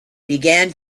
began